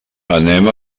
anem